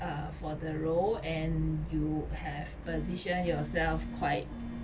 uh for the role and you have position yourself quite